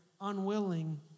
unwilling